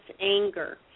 anger